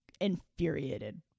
infuriated